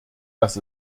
dass